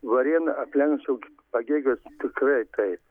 varėną aplenkčiau pagėgius tikrai kaip